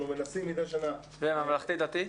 אנחנו מנסים מדי שנה --- והממלכתי דתי?